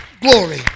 Glory